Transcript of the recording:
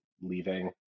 leaving